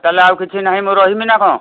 ତାହେଲେ ଆଉକିଛି ନାହିଁ ମୁଁ ରହିମି ନା କଣ